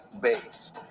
base